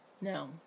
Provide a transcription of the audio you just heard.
No